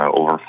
over